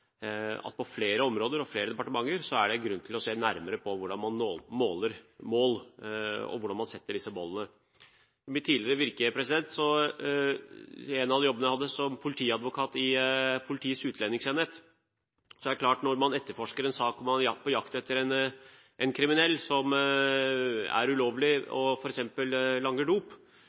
på flere områder og i flere departementer er det grunn til å se nærmere på hvordan man måler mål og hvordan man setter disse målene. I mitt tidligere virke, i den jobben jeg hadde som politiadvokat i Politiets utlendingsenhet, var det klart at når man etterforsket en sak hvor man var på jakt etter en kriminell som f.eks. langet dop, var det